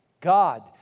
God